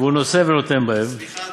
והוא נושא ונותן בהם" סליחה,